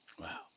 wow